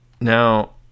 now